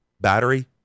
battery